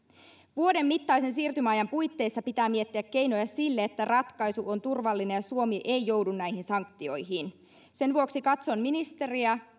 vuoden mittaisen siirtymäajan puitteissa pitää miettiä keinoja sille että ratkaisu on turvallinen ja suomi ei joudu näihin sanktioihin sen vuoksi katson ministeriä